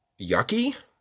yucky